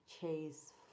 chase